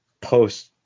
post